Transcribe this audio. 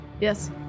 Yes